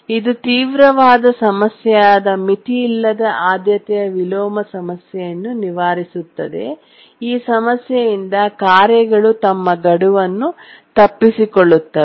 ಇದು ತೀವ್ರವಾದ ಸಮಸ್ಯೆಯಾದ ಮಿತಿಯಿಲ್ಲದ ಆದ್ಯತೆಯ ವಿಲೋಮ ಸಮಸ್ಯೆಯನ್ನು ನಿವಾರಿಸುತ್ತದೆ ಈ ಸಮಸ್ಯೆಯಿಂದ ಕಾರ್ಯಗಳು ತಮ್ಮ ಗಡುವನ್ನು ತಪ್ಪಿಸಿಕೊಳ್ಳುತ್ತವೆ